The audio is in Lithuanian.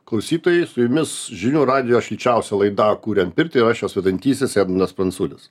klausytojai su jumis žinių radijo šilčiausia laida kuriam pirtį o aš jos vedantysis edmundas pranculis